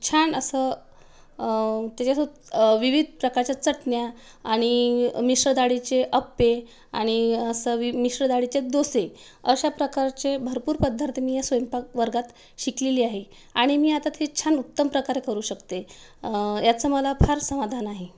छान असं त्याच्यासोबत विविध प्रकारच्या चटण्या आणि मिश्र दाळीचे अप्पे आणि असं मिश्र दाळीचे दोसे अश्या प्रकारचे भरपूर पदार्थ मी या स्वयंपाक वर्गात शिकलेली आहे आणि मी आता ते छान उत्तम प्रकारे करू शकते याचं मला फार समाधान आहे